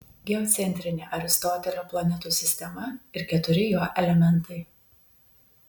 geocentrinė aristotelio planetų sistema ir keturi jo elementai